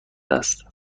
است